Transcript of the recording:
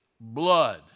blood